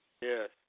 Yes